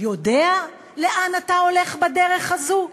יודע לאן אתה הולך בדרך הזאת?